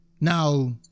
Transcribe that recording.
Now